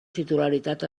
titularitat